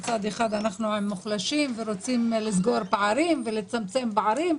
מצד אחד אנחנו עם מוחלשים ורוצים לסגור פערים ולצמצם פערים,